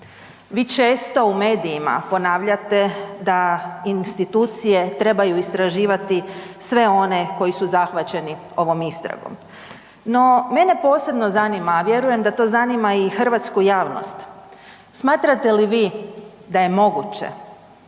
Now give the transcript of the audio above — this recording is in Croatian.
Vi često u medijima ponavljate da institucije trebaju istraživati sve one koji su zahvaćeni ovom istragom. No, mene posebno zanima, a vjerujem da to zanima i hrvatsku javnost. Smatrate li vi da je moguće